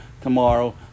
tomorrow